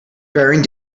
bearing